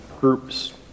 groups